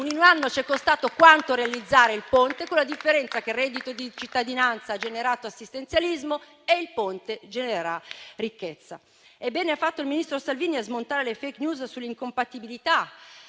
in un anno ci è costato quanto realizzare il Ponte, con la differenza che il reddito di cittadinanza ha generato assistenzialismo e il Ponte genererà ricchezza. Bene ha fatto il ministro Salvini a smontare le *fake news* sull'incompatibilità